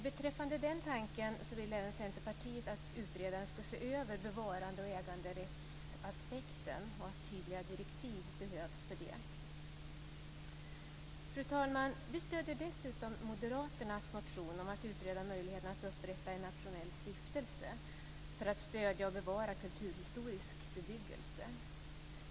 Beträffande den tanken vill även Centerpartiet att utredaren ska se över bevarande och äganderättsaspekten, och tydliga direktiv behövs för det. Fru talman! Vi stöder dessutom moderaternas motion om att utreda möjligheten att upprätta en nationell stiftelse för att stödja och bevara kulturhistorisk bebyggelse.